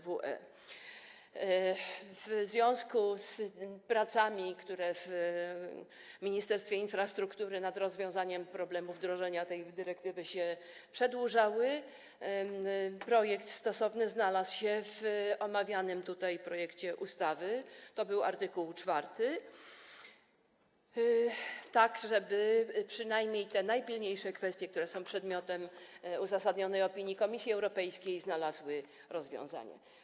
W związku z pracami w Ministerstwie Infrastruktury nad rozwiązaniem problemu wdrożenia tej dyrektywy, które się przedłużały, znalazło się to w omawianym tutaj projekcie ustawy, w art. 4, tak, żeby przynajmniej te najpilniejsze kwestie, które są przedmiotem uzasadnionej opinii Komisji Europejskiej, znalazły rozwiązanie.